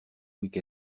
week